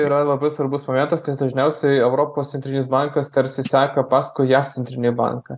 yra labai svarbus momentas nes dažniausiai europos centrinis bankas tarsi seka paskui jav centrinį banką